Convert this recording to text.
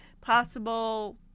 possible